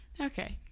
Okay